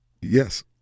Yes